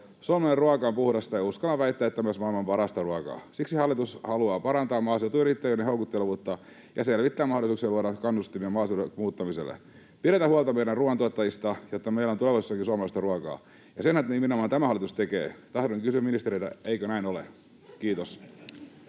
Suomalainen ruoka on puhdasta, ja uskallan väittää, että se on myös maailman parasta ruokaa. Siksi hallitus haluaa parantaa maaseutuyrittäjyyden houkuttelevuutta ja selvittää mahdollisuuksia luoda kannustimia maaseudulle muuttamiselle. Pidetään huolta meidän ruuantuottajista, jotta meillä on tulevaisuudessakin suomalaista ruokaa, ja sen nimenomaan tämä hallitus tekee. Tahdon nyt kysyä ministeriltä: eikö näin ole? — Kiitos.